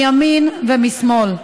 מימין ומשמאל,